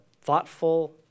thoughtful